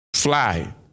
fly